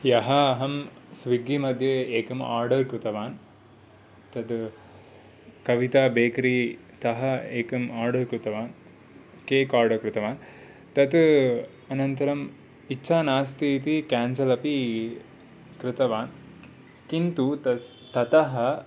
ह्यः अहं स्विग्गी मध्ये एकम् आर्डर् कृतवान् तद् कविता बेकरी तः एकं आर्डर् कृतवान् केक् आर्डर् कृतवान् तत् अनन्तरम् इच्छा नास्ति इति क्यान्सेल् अपि कृतवान् किन्तु तत् ततः